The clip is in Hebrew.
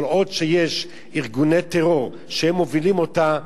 כל עוד יש ארגוני טרור שהם מובילים אותה,